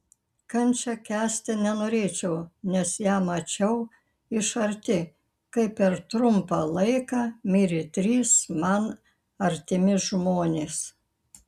kančią kęsti nenorėčiau nes ją mačiau iš arti kai per trumpą laiką mirė trys man artimi žmonės